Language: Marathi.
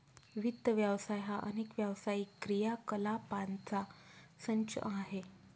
वित्त व्यवसाय हा अनेक व्यावसायिक क्रियाकलापांचा संच आहे